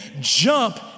jump